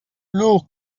luke